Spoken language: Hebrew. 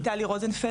שמי טלי רוזנפלדר,